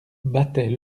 battait